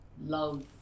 love